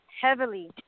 heavily